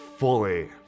fully